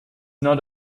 not